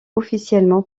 officiellement